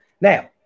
Now